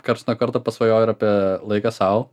karts nuo karto pasvajoji ir apie laiką sau